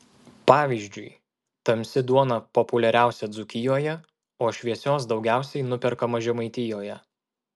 pavyzdžiui tamsi duona populiariausia dzūkijoje o šviesios daugiausiai nuperkama žemaitijoje